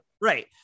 Right